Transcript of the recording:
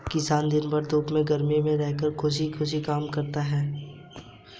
किसान दिन भर धूप में गर्मी में रहकर भी खुशी खुशी काम करता है